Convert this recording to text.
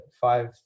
five